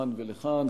לכאן ולכאן,